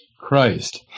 Christ